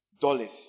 dollars